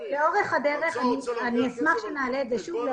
אני אשמח שנעלה את זה שוב.